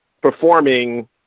performing